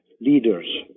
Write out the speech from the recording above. leaders